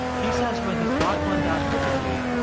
he says when he's got one down perfectly,